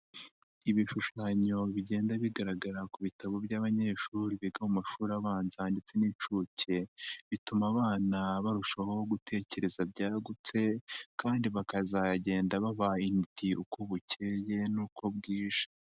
Ibishushanyo bigenda bigaragara ku bitabo by'abanyeshuri biga mu mashuri abanza ndetse n'inshuke, bituma abana barushaho gutekereza byaragutse kandi bakazagenda babaye intiti uko bukeye n'uko bwije.